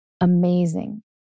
amazing